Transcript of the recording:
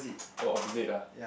oh opposite ah